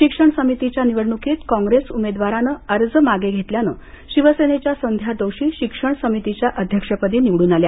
शिक्षण समितीच्या निवडणुकीत कॉंग्रेस उमेदवारानं अर्ज मागे घेतल्यानं शिवसेनेच्या संध्या दोशी शिक्षण समितीच्या अध्यक्षपदी निवडून आल्या